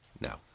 no